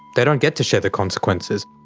they don't get to share the consequences.